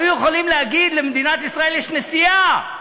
היו יכולים להגיד: למדינת ישראל יש נשיאה.